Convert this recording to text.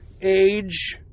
age